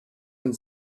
and